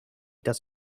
does